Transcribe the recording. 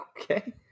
okay